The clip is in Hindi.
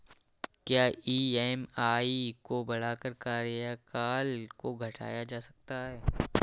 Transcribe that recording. क्या ई.एम.आई को बढ़ाकर कार्यकाल को घटाया जा सकता है?